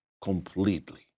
completely